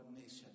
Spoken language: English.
nation